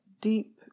deep